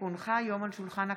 כי הונחה היום על שולחן הכנסת,